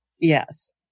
Yes